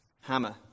hammer